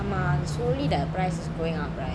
ஆமா:ama slowly the price is going up right